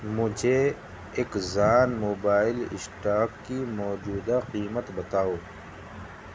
مجھے Exxon Mobil stock کی موجودہ قیمت بتاؤ